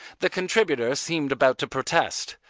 the contributor seemed about to protest.